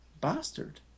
bastard